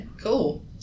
Cool